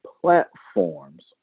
platforms